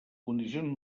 condicions